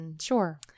Sure